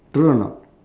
true or not